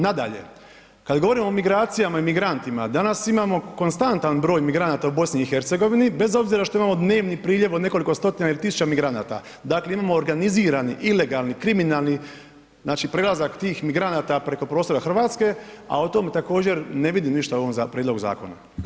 Nadalje, kad govorimo o migracijama i migrantima, danas imamo konstantan broj migranata u BiH bez obzira što imamo dnevni priljev od nekoliko stotina il tisuća migranata, dakle, imamo organizirani, ilegalni, kriminalni, znači prelazak tih migranata preko prostora RH, a o tome također ne vidim ništa u ovom prijedlogu zakona.